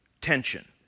tension